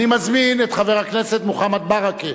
אני מזמין את חבר הכנסת מוחמד ברכה